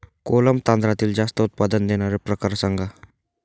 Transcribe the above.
कोलम तांदळातील जास्त उत्पादन देणारे प्रकार सांगा